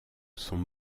sont